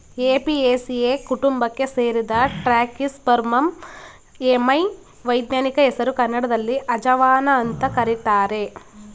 Apiaceae ಕುಟುಂಬಕ್ಕೆ ಸೇರಿದ ಟ್ರ್ಯಾಕಿಸ್ಪರ್ಮಮ್ ಎಮೈ ವೈಜ್ಞಾನಿಕ ಹೆಸರು ಕನ್ನಡದಲ್ಲಿ ಅಜವಾನ ಅಂತ ಕರೀತಾರೆ